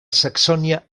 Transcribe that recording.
saxònia